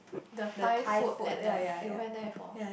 the Thai food at the you went there before